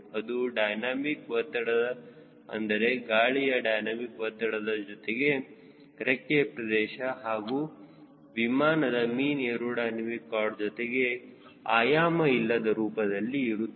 ಅದು ಡೈನಮಿಕ್ ಒತ್ತಡ ಅಂದರೆ ಗಾಳಿಯ ಡೈನಮಿಕ್ ಒತ್ತಡದ ಜೊತೆಗೆ ರೆಕ್ಕೆಯ ಪ್ರದೇಶ ಹಾಗೂ ವಿಮಾನದ ಮೀನ್ ಏರೋಡೈನಮಿಕ್ ಖಾರ್ಡ್ ಜೊತೆಗೆ ಆಯಾಮ ಇಲ್ಲದ ರೂಪದಲ್ಲಿ ಇರುತ್ತದೆ